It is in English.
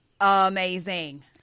amazing